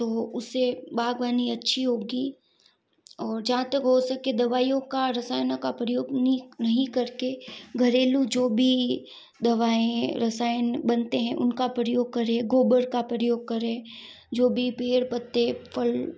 तो उससे बागवानी अच्छी होगी और जहाँ तक हो सके दवाइयों का रसायनों का प्रयोग नीनहीं करके घरेलू जो भी दवाई रसायन बनते है उनका प्रयोग करें गोबर का प्रयोग करें जो भी पेड़ पत्ते फल